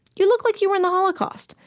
you look like you were in the holocaust,